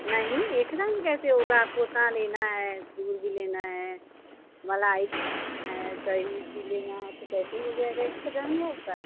नही एक हजार में कैसे होगा आपको उतना लेना है दूध भी लेना है मलाई लेना है दही भी लेना है तो कैसे हो जाएगा एक हजार में आपका